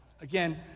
Again